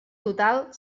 total